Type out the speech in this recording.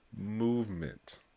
movement